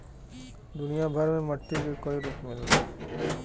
दुनिया भर में मट्टी के कई रूप मिलला